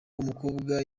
w’umukobwa